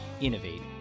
innovate